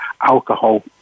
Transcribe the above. alcohol